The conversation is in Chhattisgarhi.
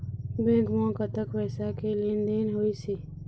बैंक म कतक पैसा के लेन देन होइस हे?